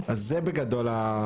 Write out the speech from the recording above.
זה בגדול.